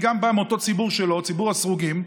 גם אני מאותו ציבור שלו, ציבור הסרוגים,